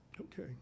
Okay